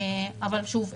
אבל שוב,